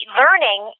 learning